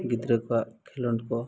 ᱜᱤᱫᱽᱨᱟᱹ ᱠᱚᱣᱟᱜ ᱠᱷᱮᱞᱳᱰ ᱠᱚ